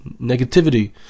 negativity